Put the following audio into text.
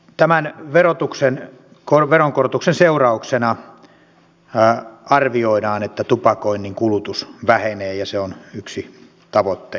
arvioidaan että tämän veronkorotuksen seurauksena tupakoinnin kulutus vähenee ja se on yksi tavoitteistakin